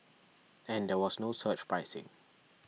and there was no surge pricing